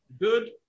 Good